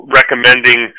recommending